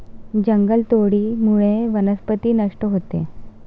जंगलतोडीमुळे वनस्पती नष्ट होते